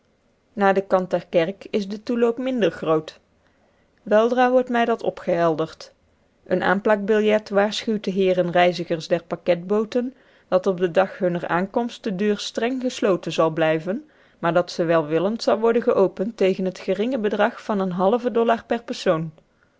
naar den kant der kerk is de toeloop minder groot weldra wordt mij dat opgehelderd een aanplakbillet waarschuwt de heeren reizigers der paketbooten dat op den dag hunner aankomst de deur streng gesloten zal blijven maar dat ze welwillend zal worden geopend tegen het geringe bedrag van een halven dollar per persoon